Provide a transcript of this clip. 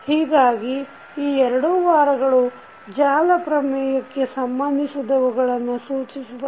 ಹೀಗಾಗಿ ಈ ಎರಡು ವಾರಗಳು ಜಾಲ ಪ್ರಮೇಯ ಕ್ಕೆ ಸಂಬಂಧಿಸಿದವುಗಳನ್ನು ಸೂಚಿಸಿದೆವು